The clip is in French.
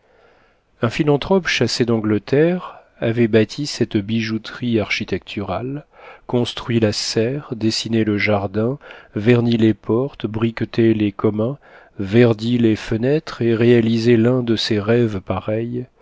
un philanthrope chassé d'angleterre avait bâti cette bijouterie architecturale construit la serre dessiné le jardin verni les portes briqueté les communs verdi les fenêtres et réalisé l'un de ces rêves pareils